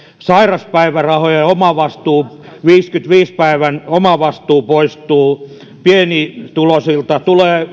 sairauspäivärahojen omavastuu viidenkymmenenviiden päivän omavastuu poistuu pienituloisilta tulee